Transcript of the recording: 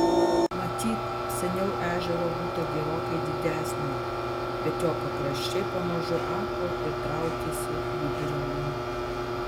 matyt seniau ežero būta gerokai didesnio bet jo pakraščiai pamažu ako ir traukėsi vidurio link